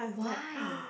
why